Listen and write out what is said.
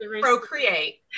procreate